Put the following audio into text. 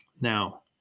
Now